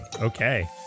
Okay